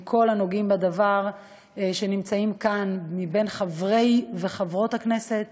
ועם כל הנוגעים בדבר שנמצאים כאן מבין חברי וחברות הכנסת,